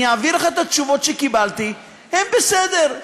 אני אעביר לך את התשובות שקיבלתי: הם בסדר,